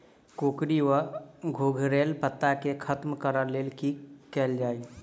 कोकरी वा घुंघरैल पत्ता केँ खत्म कऽर लेल की कैल जाय?